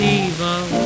evil